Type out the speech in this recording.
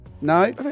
No